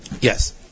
Yes